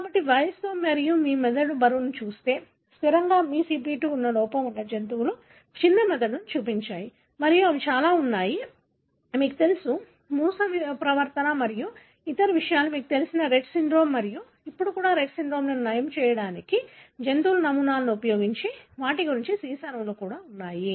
కాబట్టి వయస్సుతో మరియు మీరు మెదడు బరువును చూస్తే స్థిరంగా MeCp 2 లోపం ఉన్న జంతువులు చిన్న మెదడును చూపించాయి మరియు అవి చాలా ఉన్నాయి మీకు తెలుసు మూస ప్రవర్తన మరియు ఇతర విషయాలు మీకు తెలిసిన రెట్ సిండ్రోమ్ మరియు ఇప్పుడు కూడా రెట్ సిండ్రోమ్ను నయం చేయడానికి జంతువుల నమూనాను ఉపయోగించి వాటిని గుర్తించిన సీస అణువులు కూడా ఉన్నాయి